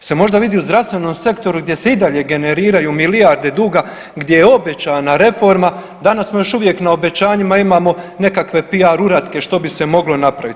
Jel se možda vidi u zdravstvenom sektoru gdje se i dalje generiraju milijarde duga, gdje je obećana reforma, danas smo još uvijek na obećanjima, imamo nekakve PR uratke što bi se moglo napravit.